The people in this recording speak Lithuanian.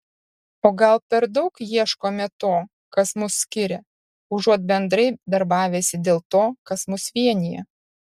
o gal per daug ieškome to kas mus skiria užuot bendrai darbavęsi dėl to kas mus vienija